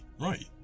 right